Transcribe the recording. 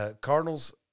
Cardinals